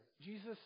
Jesus